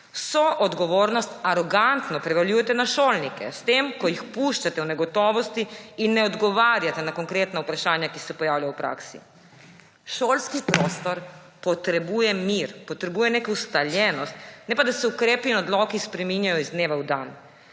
odgovornost arogantno prevaljujete na šolnike s tem, ko jih puščate v negotovosti in ne odgovarjate na konkretna vprašanja, ki se pojavljajo v praksi. Šolski prostor potrebuje mir, potrebuje neko ustaljenost, ne pa, da se ukrepi in odloki spreminjajo iz dneva v dan.